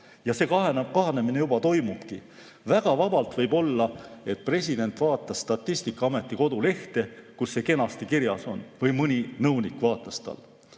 See kahanemine juba toimubki. Väga vabalt võib olla, et president vaatas Statistikaameti kodulehte, kus see kenasti kirjas on, või mõni tema nõunik vaatas.